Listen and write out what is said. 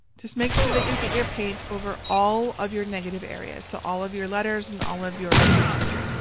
just make sure that you get your paint over all of your negative area. so all of your letters and all of your images.